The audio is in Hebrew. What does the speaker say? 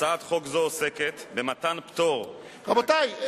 הצעת חוק זו עוסקת במתן פטור, רבותי.